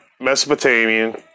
Mesopotamian